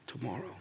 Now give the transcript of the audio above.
Tomorrow